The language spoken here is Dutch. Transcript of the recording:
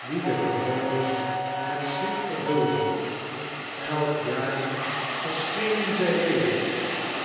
die de bewonars met schrik vervulden elk jaar yerischenen zij wedeir